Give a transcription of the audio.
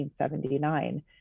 1979